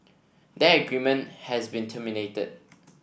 that agreement has been terminated